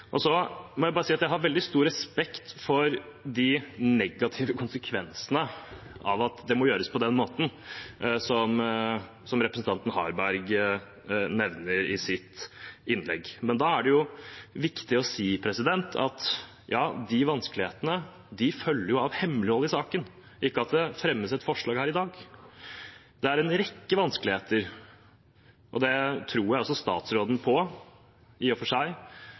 Jeg må si at jeg har veldig stor respekt for de negative konsekvensene av at det må gjøres på den måten, som representanten Harberg nevner i sitt innlegg, men da er det viktig å si at de vanskelighetene følger av hemmeligholdet i saken, ikke av at det fremmes et forslag her i dag. Det er en rekke vanskeligheter, og jeg tror i og for seg på statsråden når han sier at han gjerne skulle kunnet diskutere mer i